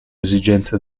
esigenze